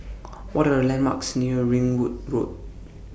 What Are The landmarks near Ringwood Road